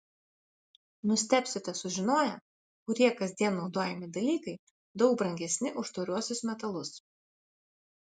nustebsite sužinoję kurie kasdien naudojami dalykai daug brangesni už tauriuosius metalus